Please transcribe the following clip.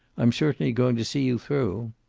i'm certainly going to see you through.